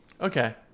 Okay